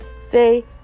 say